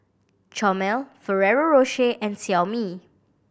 Chomel Ferrero Rocher and Xiaomi